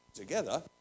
together